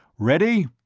ready,